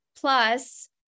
Plus